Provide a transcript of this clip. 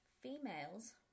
females